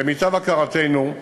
למיטב הכרתנו,